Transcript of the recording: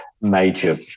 major